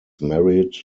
married